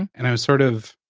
and i was sort of,